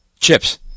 Chips